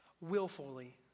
willfully